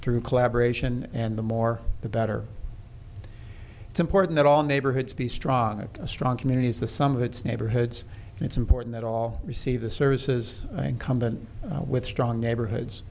through collaboration and the more the better it's important that all neighborhoods be strong and a strong community is the sum of its neighborhoods and it's important that all receive the services incumbent with strong neighborhoods